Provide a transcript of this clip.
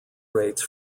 rates